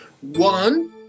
One